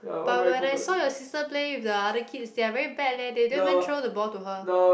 but when I saw your sister play with the other kids they are very bad leh they don't even throw the ball to her